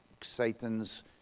Satan's